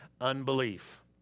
unbelief